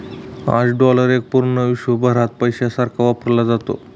आज डॉलर एक पूर्ण विश्वभरात पैशासारखा वापरला जातो